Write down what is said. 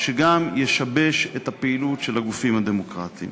שגם ישבש את הפעילות של הגופים הדמוקרטיים.